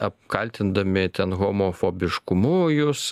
apkaltindami ten homofobiškumu jus